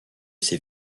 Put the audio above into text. ses